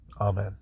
Amen